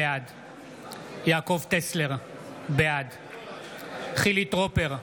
בעד יעקב טסלר, בעד חילי טרופר,